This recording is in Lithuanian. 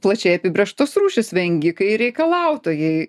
plačiai apibrėžtos rūšys vengikai ir reikalautojai